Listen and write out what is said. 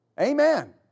Amen